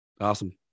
Awesome